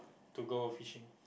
to go fishing